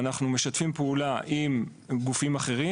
ואנחנו משתפים פעולה עם גופים אחרים.